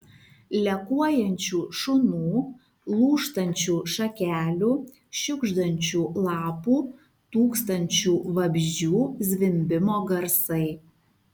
lekuojančių šunų lūžtančių šakelių šiugždančių lapų tūkstančių vabzdžių zvimbimo garsai